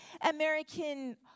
American